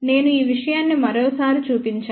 నేను ఈ విషయాన్ని మరోసారి చూపించాను